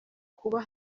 kuba